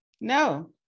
No